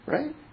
Right